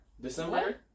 December